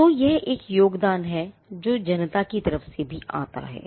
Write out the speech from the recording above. तो एक योगदान है जो जनता से भी आता है